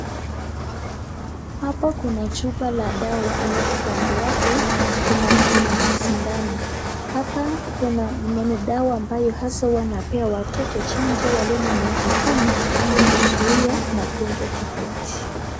Hapa kuna chupa la dawa, alafu kando yake kuna sindano. Hapa kuna dawa ambayo hasa wanapea watoto chanjo walio na miaka kumi ili kuzuia magonjwa tofauti.